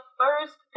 first